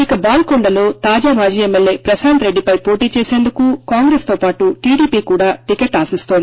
ఇక బాల్కొండలో తాజా మాజీ ఎమ్మెల్యే ప్రశాంత రెడ్డి పై పోటీ చేసేందుకు కాంగ్రెస్ తో పాటు టిడిపి కూడా టికెట్ ఆశిస్తోంది